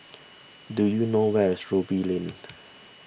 do you know where is Ruby Lane